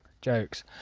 Jokes